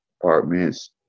apartments